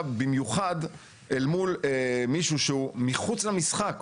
במיוחד אל מול מישהו שהוא מחוץ למשחק,